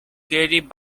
carry